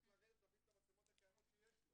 צריך להחליף את המצלמות הקיימות שיש.